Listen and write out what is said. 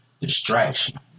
distraction